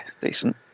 decent